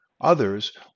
Others